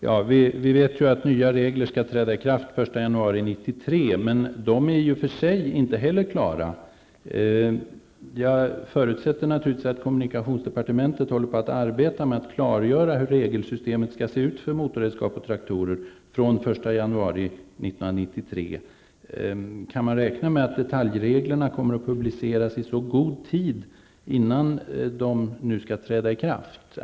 Herr talman! Vi vet ju att nya regler skall träda i kraft den 1 januari 1993. Men de är i och för sig inte heller klara. Jag förutsätter naturligtvis att kommunikationsdepartementet håller på att arbeta med att klargöra hur regelsystemet skall se ut för motorredskap och traktorer från den 1 januari 1993. Kan man räkna med att detaljreglerna kommer att publiceras i god tid innan de skall träda i kraft?